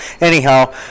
Anyhow